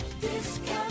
Discount